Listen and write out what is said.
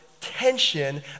tension